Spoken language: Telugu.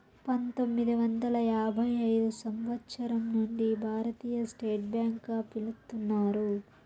పంతొమ్మిది వందల యాభై ఐదు సంవచ్చరం నుండి భారతీయ స్టేట్ బ్యాంక్ గా పిలుత్తున్నారు